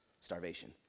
starvation